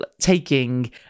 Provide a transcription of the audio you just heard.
taking